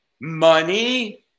Money